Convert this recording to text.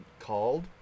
called